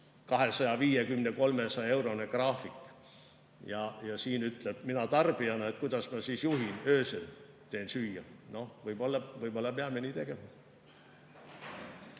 250–300‑eurone graafik. Ja siin küsin mina tarbijana, et kuidas ma siis juhin. Öösel teen süüa või? Võib-olla peame nii tegema.